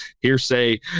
hearsay